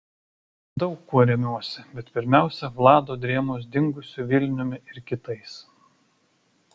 daug kuo remiuosi bet pirmiausia vlado drėmos dingusiu vilniumi ir kitais